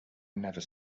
never